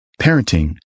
parenting